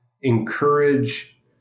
encourage